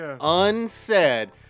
unsaid